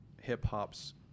hip-hop's